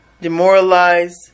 demoralized